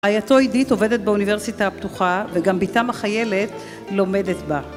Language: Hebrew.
רעייתו עידית עובדת באוניברסיטה הפתוחה וגם בתם החיילת לומדת בה.